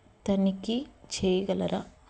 ఉపయోగించి తనిఖీ చెయ్యగలరా